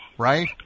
Right